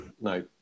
no